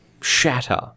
shatter